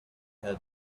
had